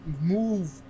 move